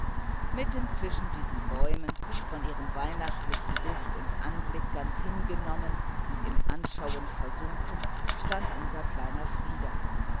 mitten zwischen diesen bäumen von ihrem weihnächtlichen duft und anblick ganz hingenommen und im anschauen versunken stand unser kleiner frieder